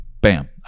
Bam